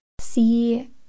see